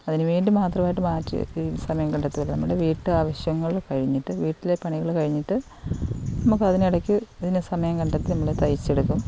അതിനുവേണ്ടി മാത്രമായിട്ട് മാറ്റി സമയം കണ്ടെത്തുവല്ല നമ്മുടെ വീട്ടാവശ്യങ്ങള് കഴിഞ്ഞിട്ട് വീട്ടിലെ പണികള് കഴിഞ്ഞിട്ട് നമുക്കതിനിടയ്ക്ക് ഇതിന് സമയം കണ്ടെത്തി നമ്മള് തയ്ച്ചെടുക്കും